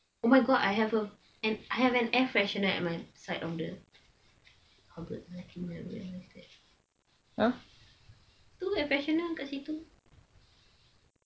oh my god I have uh and I have an air freshener at my side on the cupboard I think I never realise that tu air freshener dekat situ